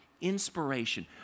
inspiration